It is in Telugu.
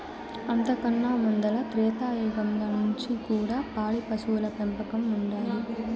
అంతకన్నా ముందల త్రేతాయుగంల నుంచి కూడా పాడి పశువుల పెంపకం ఉండాది